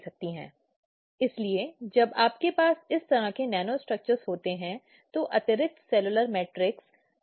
इसलिए सिफारिशों की एक सीमा हो सकती है जो कि प्रमुख रूप से लेकर छोटे रूप से शुरू करने के लिए दि जा सकती है